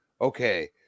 okay